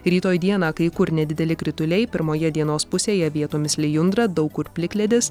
rytoj dieną kai kur nedideli krituliai pirmoje dienos pusėje vietomis lijundra daug kur plikledis